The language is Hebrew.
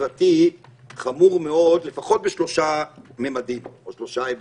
סביבתי חמור מאוד לפחות בשלושה ממדים או בשלושה היבטים.